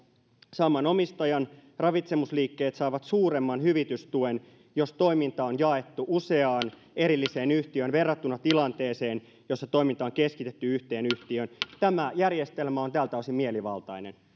saman omistajan ravitsemusliikkeet saavat suuremman hyvitystuen jos toiminta on jaettu useaan erilliseen yhtiöön verrattuna tilanteeseen jossa toiminta on keskitetty yhteen yhtiöön tämä järjestelmä on tältä osin mielivaltainen